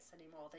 anymore